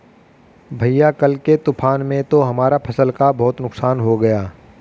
भैया कल के तूफान में तो हमारा फसल का बहुत नुकसान हो गया